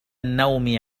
النوم